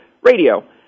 Radio